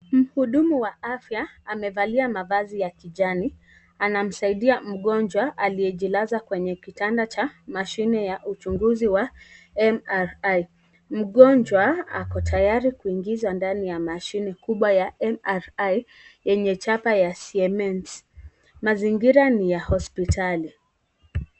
Mhudumu wa afya amevalia mavazi ya kijani, anamsaidia mgonjwa aliye jilaza kwenye kitanda cha mashine ya uchunguzi wa MRI . Mgonjwa ako tayari kuingizwa ndani ya mashine kubwa ya MRI yenye chapa ya Siemens. Mazingira ni ya hospitali.